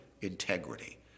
integrity